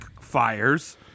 fires